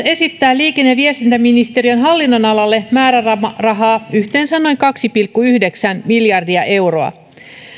esittää liikenne ja viestintäministeriön hallinnonalalle määrärahaa yhteensä noin kaksi pilkku yhdeksän miljardia euroa